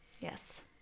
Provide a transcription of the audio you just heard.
Yes